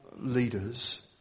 leaders